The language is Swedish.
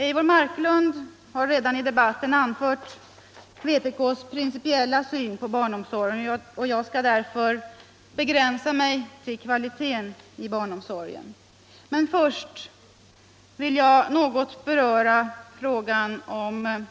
Eivor Marklund har redan i debatten anfört vpk:s principiella syn på barnomsorgen, och jag skall därför begränsa mig till kvaliteten i barnomsorgen. Men först vill jag något beröra frågan om